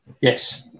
Yes